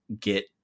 get